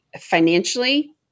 Financially